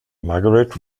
margaret